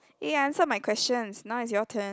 eh I answered my questions now is your turn